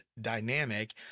dynamic